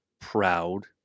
proud